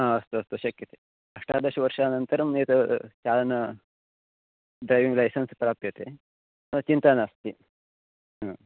हा अस्तु अस्तु शक्यते अष्टादशवर्षानन्तरम् एतत् चालनाय ड्रैवविङ्ग् लैसेन्स् प्राप्यते चिन्ता नास्ति